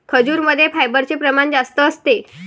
खजूरमध्ये फायबरचे प्रमाण जास्त असते